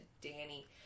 Danny